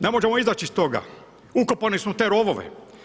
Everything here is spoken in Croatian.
Ne možemo izaći iz toga, ukopani smo u te rovove.